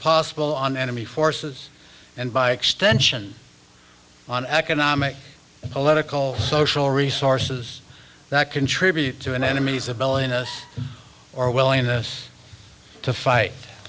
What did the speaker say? possible on enemy forces and by extension on economic and political social resources that contribute to an enemy's ability or willingness to fight